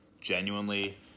genuinely